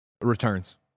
Returns